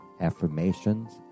affirmations